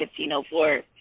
1504